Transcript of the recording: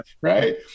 right